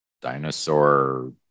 dinosaur